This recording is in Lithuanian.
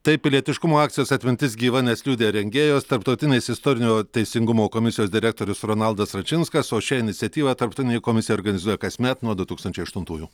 tai pilietiškumo akcijos atmintis gyva nes liudija rengėjos tarptautinės istorinio teisingumo komisijos direktorius ronaldas račinskas o šią iniciatyvą tarptautinė komisija organizuoja kasmet nuo du tūkstančiai aštuntųjų